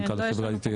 מנכ"ל החברה יתייחס.